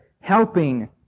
helping